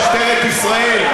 למשטרת ישראל,